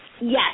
Yes